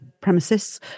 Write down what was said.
premises